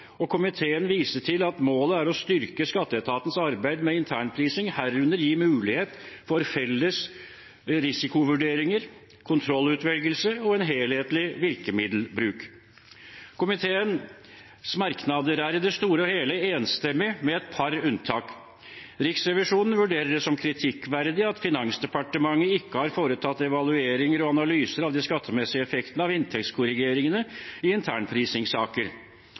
Komiteen viser til at målet er å styrke skatteetatens arbeid med internprising, herunder gi mulighet for felles risikovurderinger, kontrollutvelgelse og en helhetlig virkemiddelbruk. Komiteens merknader er i det store og hele enstemmige, med et par unntak. Riksrevisjonen vurderer det som kritikkverdig at Finansdepartementet ikke har foretatt evalueringer og analyser av de skattemessige effektene av inntektskorrigeringene i